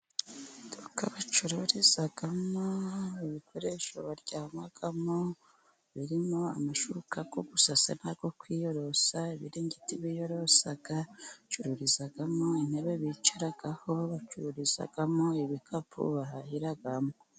Iduka bacururizamo ibikoresho baryamamo, birimo amashukaku yo gusasa no kwiyorosa, ibiringigiti biyorosa, bacururizamo intebe bicaraho, babacururizamo ibikapu bahahiramo.